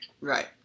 Right